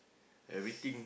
everything